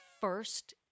first